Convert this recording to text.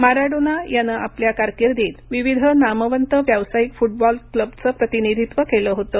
Maradona यानं आपल्या कारकिर्दीत विविध नामवंत व्यावसायिक फुटबॉल क्लबचं प्रतिनिधीत्व केलं होतं